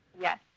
Yes